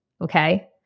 Okay